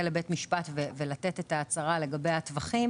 לבית משפט ולתת את ההצהרה לגבי הטווחים